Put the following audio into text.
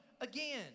again